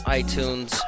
iTunes